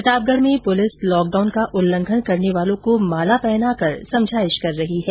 प्रतापगढ में police lockdown का उल्लंघन करने वालों को माला पहनाकर समझाईश कर रही है